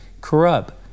corrupt